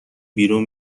بیرون